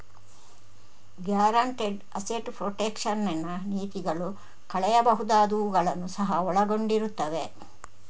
guaranteed asset protection ನ ನೀತಿಗಳು ಕಳೆಯಬಹುದಾದವುಗಳನ್ನು ಸಹ ಒಳಗೊಂಡಿರುತ್ತವೆ